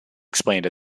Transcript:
explained